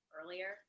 earlier